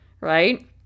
right